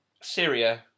Syria